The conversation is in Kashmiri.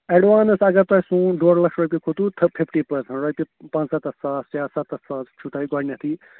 اٮ۪ڈوانٕس اگر تۄہہِ سون ڈۄڑ لَچھ رۄپیہِ کھوٚتوُ تہٕ فِفٹی پٔرسَنٛٹ رۄپیہِ پنٛژاہ تَتھ ساس شیٹھ سَتَتھ ساس چھُو تۄہہِ گۄڈنٮ۪تھٕے